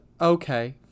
okay